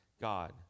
God